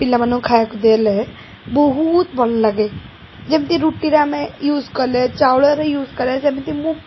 ପିଲାମାନଙ୍କୁ ଖାଇବାକୁ ଦେଲେ ବହୁତ ଭଲଲାଗେ ଯେମିତି ରୁଟିରେ ଆମେ ୟୁଜ୍ କଲେ ଚାଉଳର ୟୁଜ୍ କଲେ ସେମିତି ମୁଁ